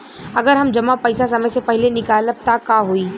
अगर हम जमा पैसा समय से पहिले निकालब त का होई?